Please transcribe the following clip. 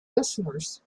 listeners